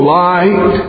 light